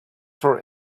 for